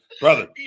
brother